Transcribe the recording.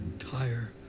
entire